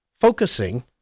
focusing